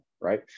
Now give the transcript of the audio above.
right